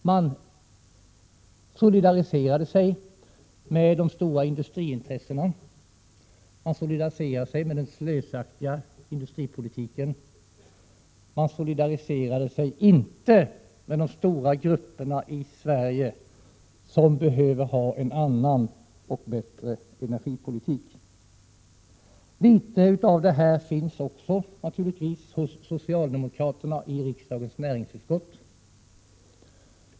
Man solidariserade sig med de stora industriintressena, man solidariserade sig med den slösaktiga industripolitiken. Man solidariserade sig inte med de stora grupper i Sverige som behöver en annan och bättre energipolitik. Litet av detta finns givetvis också hos socialdemokraterna i riksdagens näringsutskott.